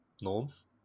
norms